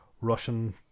Russian